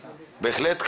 בהחלט.